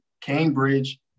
Cambridge